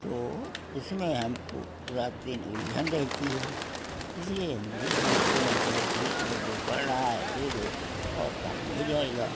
तो उसमें हमको रात दिन उलझन रहती है इसलिए हम भी सोचते हैं चलो ठीक है जो पड़ रहा है दे दो और काम हो जाएगा